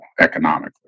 economically